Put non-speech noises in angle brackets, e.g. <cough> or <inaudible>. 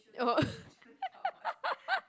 oh <laughs>